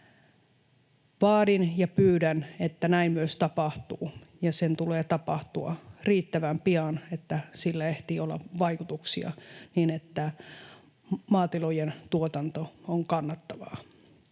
Vaadin ja pyydän, että näin myös tapahtuu. Sen tulee tapahtua riittävän pian, että sillä ehtii olla vaikutuksia, niin että maatilojen tuotanto on kannattavaa.